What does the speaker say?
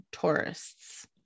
tourists